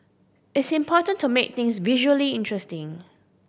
it's important to make things visually interesting